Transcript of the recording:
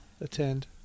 attend